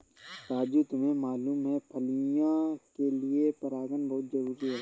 राजू तुम्हें मालूम है फलियां के लिए परागन बहुत जरूरी है